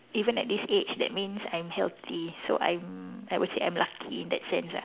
even at this age that means I'm healthy so I'm I would say I'm lucky in that sense lah